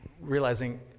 realizing